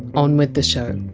on with the show